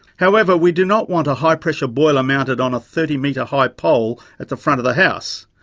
however, we do not want a high pressure boiler mounted on a thirty metre-high pole at the front of the house.